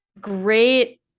great